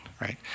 right